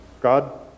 God